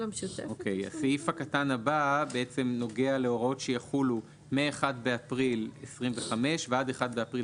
הסעיף הקטן הבא נוגע להוראות שיחולו מ-1 באפריל 2025 עד 1 באפריל